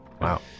Wow